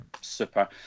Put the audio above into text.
super